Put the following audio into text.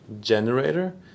generator